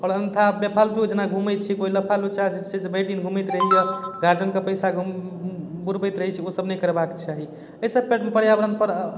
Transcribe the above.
आओर अनतऽ बेफालतू जेना घुमै छियै कोइ लफरा लुच्चा छै से भरि दिन घुमैत रहैए गार्जियनके पैसाके बुरबैत रहै छै ओ सभ नहि करबाक चाही अइ सभपर पर्यावरणपर